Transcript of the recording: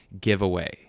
giveaway